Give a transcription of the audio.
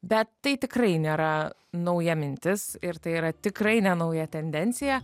bet tai tikrai nėra nauja mintis ir tai yra tikrai nenauja tendencija